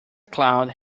cloud